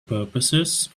purposes